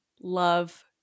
love